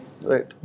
Right